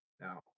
Now